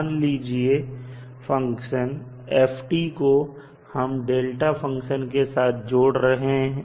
मान लीजिए function f को हम डेल्टा फंक्शन के साथ जोड़ रखे हैं